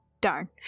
Darn